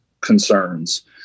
concerns